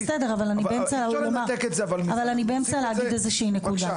אני באמצע להגיד איזושהי נקודה.